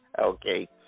Okay